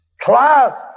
Class